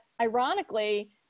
ironically